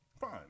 Fine